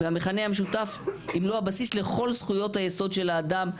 והמכנה המשותף אם לא הבסיס לכל זכויות היסוד של האדם,